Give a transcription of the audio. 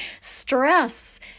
stress